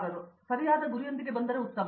ಆದ್ದರಿಂದ ನಾವು ಸರಿಯಾದ ಗುರಿಯೊಂದಿಗೆ ಬಂದರೆ ಉತ್ತಮ